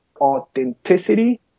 authenticity